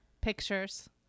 pictures